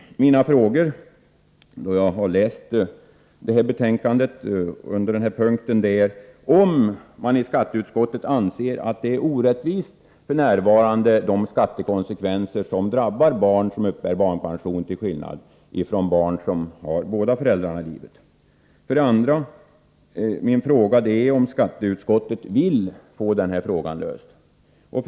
Mina frågor då jag har läst betänkandet är: 1. Anser skatteutskottet att de skattekonsekvenser som f.n. drabbar barn som uppbär barnpension till skillnad från barn som har båda föräldrarna i livet är orättvisa? 2. Vill skatteutskottet få det problemet löst? 3.